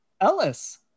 Ellis